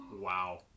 Wow